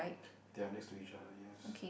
they are next to each other yes